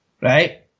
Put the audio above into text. Right